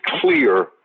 clear